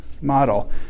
model